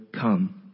come